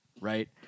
right